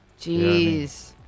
jeez